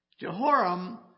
Jehoram